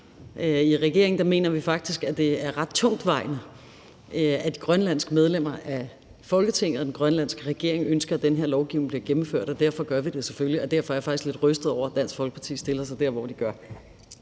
I regeringen mener vi faktisk, at det er ret tungtvejende, at de grønlandske medlemmer af Folketinget og den grønlandske regering ønsker, at den her lovgivning bliver gennemført, og derfor gør vi det selvfølgelig. Og derfor er jeg faktisk lidt rystet over, at Dansk Folkeparti stiller sig der, hvor de gør.